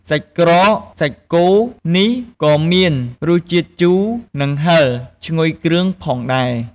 សាច់ក្រកសាច់គោនេះ ក៏មានរសជាតិជូរ និងហឹរឈ្ងុយគ្រឿងផងដែរ។